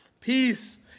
Peace